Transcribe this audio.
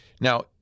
Now